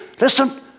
Listen